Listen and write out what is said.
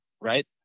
Right